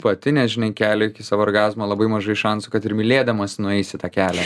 pati nežinai kelio iki savo orgazmo labai mažai šansų kad ir mylėdamasi nueisi tą kelią